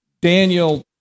Daniel